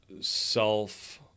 Self